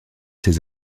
ses